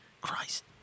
Christ